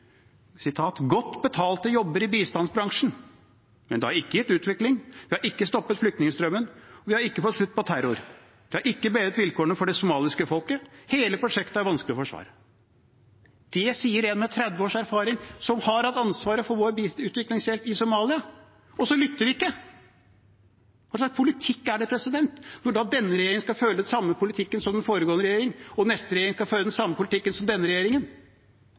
godt betalte jobber i bistandsbransjen. Men det har ikke gitt utvikling, vi har ikke stoppet flyktningstrømmen og vi har ikke fått slutt på terror. Det har ikke bedret vilkårene for det somaliske folket. Hele prosjektet er vanskelig å forsvare.» Det sier en med 30 års erfaring som har hatt ansvaret for vår utviklingshjelp i Somalia, og så lytter vi ikke! Hva slags politikk er det, når da denne regjeringen skal føre den samme politikken som den foregående regjering, og neste regjering skal føre den samme politikken som denne regjeringen?